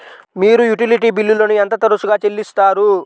మీరు యుటిలిటీ బిల్లులను ఎంత తరచుగా చెల్లిస్తారు?